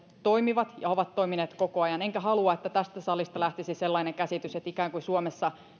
toimivat ja ovat toimineet koko ajan enkä halua että tästä salista lähtisi sellainen käsitys että ikään kuin suomessa